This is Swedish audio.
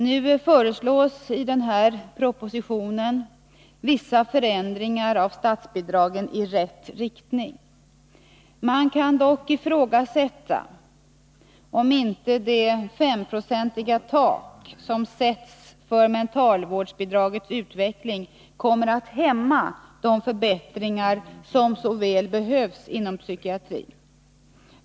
Nu föreslås i den aktuella propositionen vissa förändringar av statsbidragen i rätt riktning. Man kan dock ifrågasätta om inte det S-procentiga tak som sätts för mentalvårdsbidragets utveckling kommer att hämma de förbättringar som så väl behövs inom psykiatrin.